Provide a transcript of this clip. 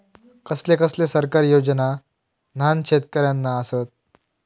कसले कसले सरकारी योजना न्हान शेतकऱ्यांना आसत?